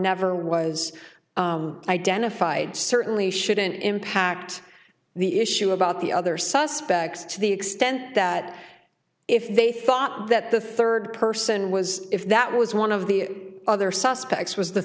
never was identified certainly shouldn't impact the issue about the other suspects to the extent that if they thought that the third person was if that was one of the other suspects was the